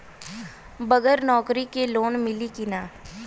बगर नौकरी क लोन मिली कि ना?